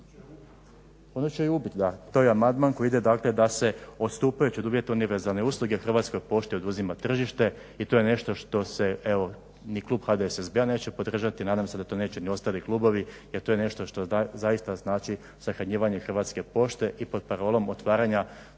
da se …, to je amandman koji ide da se odstupajući od uvjeta univerzalne usluge Hrvatskoj pošti oduzima tržište i to je nešto što ni klub HDSSB-a neće podržati, nadam se da to neće ni ostali klubovi jer to je nešto što zaista znači sahranjivanje Hrvatske pošte i pod parolom otvaranja